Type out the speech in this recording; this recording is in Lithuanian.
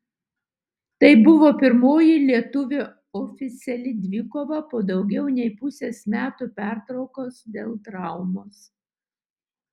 tai buvo pirmoji lietuvio oficiali dvikova po daugiau nei pusės metų pertraukos dėl traumos